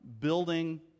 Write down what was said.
building